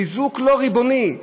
חיזוק לא ריבוני,